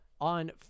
on